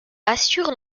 assure